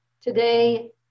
Today